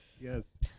Yes